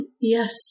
Yes